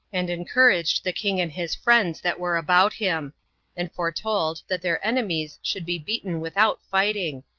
and encouraged the king and his friends that were about him and foretold that their enemies should be beaten without fighting,